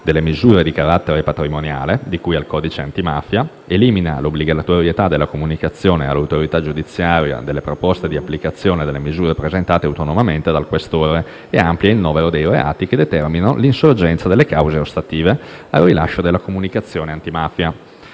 delle misure di carattere patrimoniale di cui al codice antimafia, elimina l'obbligatorietà della comunicazione all'autorità giudiziaria delle proposte di applicazione delle misure presentate autonomamente dal questore e amplia il novero dei reati che determinano l'insorgenza delle cause ostative al rilascio della comunicazione antimafia.